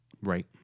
Right